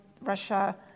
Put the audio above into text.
Russia